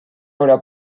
haurà